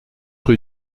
rue